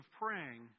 praying